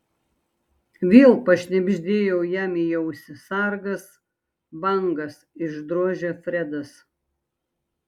vėl pašnibždėjau jam į ausį sargas bangas išdrožė fredas